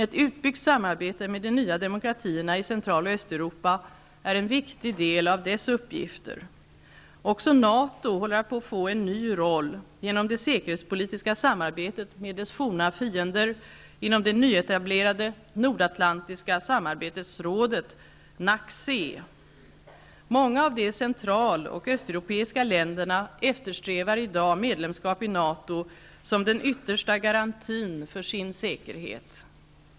Ett utbyggt samarbete med de nya demokratierna i Central och Östeuropa är en viktig del av dess uppgifter. Också NATO håller på att få en ny roll genom det säkerhetspolitiska samarbetet med dess forna fiender inom det nyetablerade Nordatlantiska samarbetsrådet, NACC. Många av de central och östeuropeiska länderna eftersträvar i dag medlemskap i NATO som den yttersta garantin för sin säkerhet.